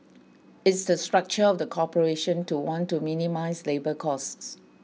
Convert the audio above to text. it's the structure of the corporation to want to minimize labour costs